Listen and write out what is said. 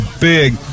big